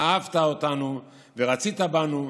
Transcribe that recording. אהבת אותנו ורצית בנו,